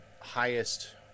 highest